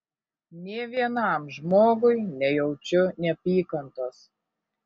nė vienam žmogui nejaučiu neapykantos